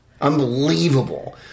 unbelievable